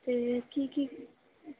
ਫਿਰ ਕੀ ਕੀ